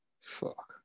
Fuck